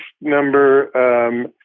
number